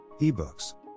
ebooks